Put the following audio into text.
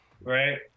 Right